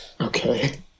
Okay